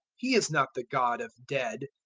he is not the god of dead,